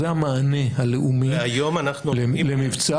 זה המענה הלאומי למבצע,